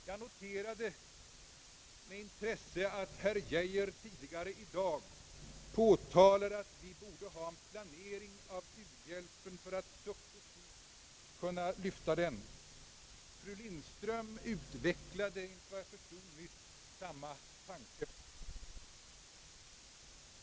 Jag noterade med intresse att herr Geijer tidigare i dag förklarade att vi borde ha en planering av u-hjälpen för att successivt kunna lyfta den. Fru Lindström utvecklade, enligt vad jag förstod, nyss samma tanke.